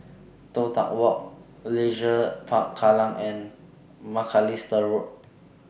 Toh Tuck Walk Leisure Park Kallang and Macalister Road